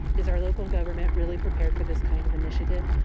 is our local government really prepared for this kind of initiative?